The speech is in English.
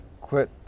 Quit